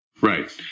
Right